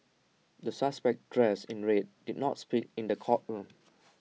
the suspect dressed in red did not speak in the courtroom